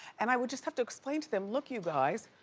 and i would just have to explain to them, look you guys,